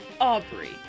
Aubrey